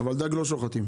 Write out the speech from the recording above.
אבל דג לא שוחטים.